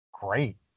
Great